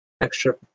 extra